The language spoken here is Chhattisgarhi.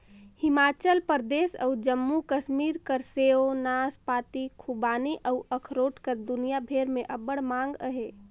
हिमाचल परदेस अउ जम्मू कस्मीर कर सेव, नासपाती, खूबानी अउ अखरोट कर दुनियां भेर में अब्बड़ मांग अहे